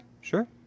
sure